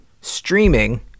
Streaming